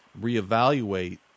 reevaluate